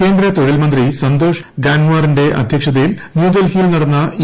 കേന്ദ്ര തൊഴിൽ മന്ത്രി സന്തോഷ് ഗാങാറിന്റെ അധ്യക്ഷതയിൽ ന്യൂഡൽഹിയിൽ നടന്ന ഇ